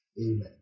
Amen